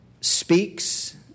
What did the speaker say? speaks